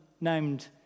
named